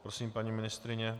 Prosím, paní ministryně.